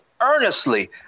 earnestly